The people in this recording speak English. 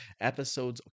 episodes